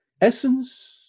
Essence